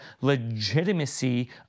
legitimacy